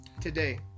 today